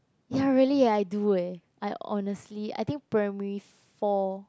ya really eh I do eh I honestly I think primary four